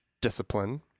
discipline